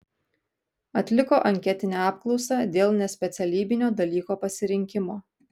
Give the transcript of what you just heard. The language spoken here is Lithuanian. atliko anketinę apklausą dėl nespecialybinio dalyko pasirinkimo